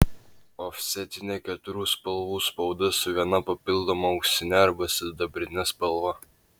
ofsetinė keturių spalvų spauda su viena papildoma auksine arba sidabrine spalva